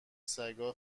سگا